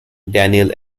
daniel